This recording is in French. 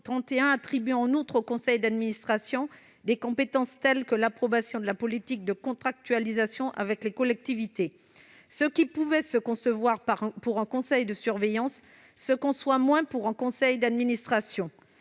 31 attribue, en outre, au conseil d'administration des compétences telles que l'approbation de la politique de contractualisation avec les collectivités. Ce qui pouvait se concevoir pour un conseil de surveillance se conçoit moins pour un conseil d'administration.